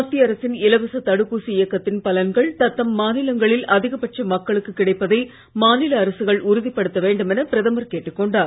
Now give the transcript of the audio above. மத்திய அரசின் இலவச தடுப்பூசி இயக்கத்தின் பலன்கள் தத்தம் மாநிலங்களில் அதிகபட்ச மக்களுக்கு கிடைப்பதை மாநில அரசுகள் உறுதிப்படுத்த வேண்டும் என பிரதமர் கேட்டுக் கொண்டார்